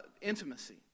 intimacy